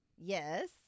Yes